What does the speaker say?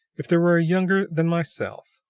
if there were a younger than myself,